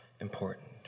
important